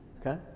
okay